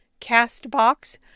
Castbox